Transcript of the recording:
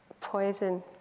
poison